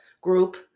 group